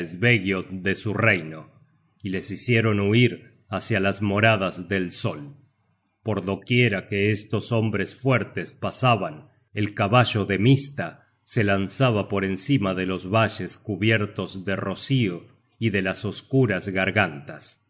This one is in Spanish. de su reino y les hicieron huir hácia las moradas del sol por do quiera que estos hombres fuertes pasaban el caballo de mista se lanzaba por encima de los valles cubiertos de rocío y de las oscuras gargantas